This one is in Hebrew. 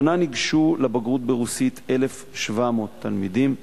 השנה ניגשו לבגרות ברוסית 1,700 תלמידים,